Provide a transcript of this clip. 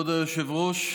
כבוד היושב-ראש,